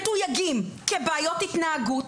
מתויגים כבעיות התנהגות